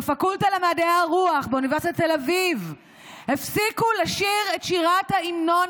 בפקולטה למדעי הרוח באוניברסיטת תל אביב הפסיקו לשיר את שירת ההמנון